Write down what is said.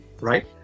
Right